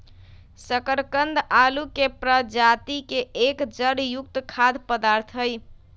शकरकंद आलू के प्रजाति के एक जड़ युक्त खाद्य पदार्थ हई